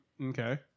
Okay